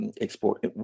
export